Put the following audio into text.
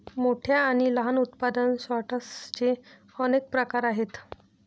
मोठ्या आणि लहान उत्पादन सॉर्टर्सचे अनेक प्रकार आहेत